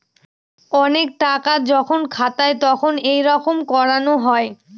অনেক টাকা যখন খাতায় তখন এইরকম করানো হয়